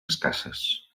escasses